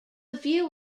view